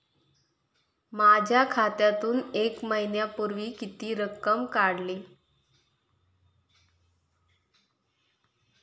माझ्या खात्यातून एक महिन्यापूर्वी किती रक्कम काढली?